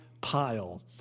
pile